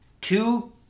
two